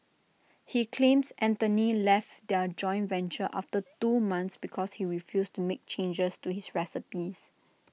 he claims Anthony left their joint venture after two months because he refused to make changes to his recipes